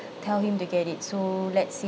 tell him to get it so let's